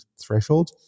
threshold